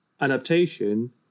adaptation